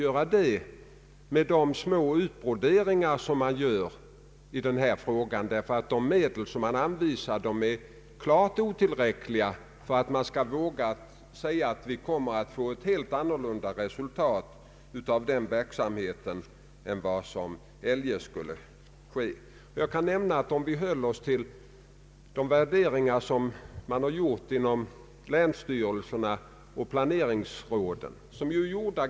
Jag har aldrig tidigare hört det uttrycket i det här sammanhanget och jag vet inte vilka utgångspunkter man har. Man gör i varje fall knappast någon internationell jämförelse vid beskrivningen av förhålllandena i vårt land. I Danmark — för att hålla oss till våra grannländer — bor en tredjedel av befolkningen i huvudstaden.